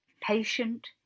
patient